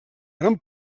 gran